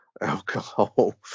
Alcohol